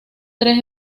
tres